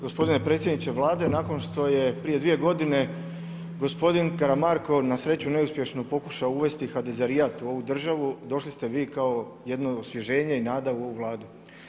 Gospodine predsjedniče Vlade, nakon što je prije dvije godine gospodin Karamarko na sreću neuspješno pokušao uvesti HDZrijat u ovu državu došli ste vi kao jednog osvježenje i nada u ovu Vladu.